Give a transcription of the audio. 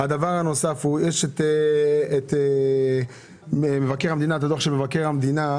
הדבר הנוסף, יש את הדוח של מבקר המדינה.